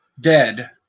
dead